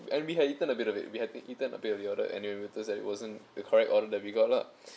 and we had eaten a bit of it we had eaten a bit of it and we the waiters that it wasn't the correct order that we got lah